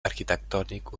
arquitectònic